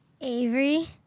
Avery